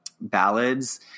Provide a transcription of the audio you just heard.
ballads